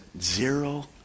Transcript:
zero